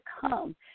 come